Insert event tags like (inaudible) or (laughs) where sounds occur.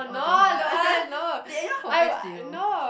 orh to her ah (laughs) did anyone confess to you